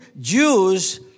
Jews